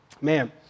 Man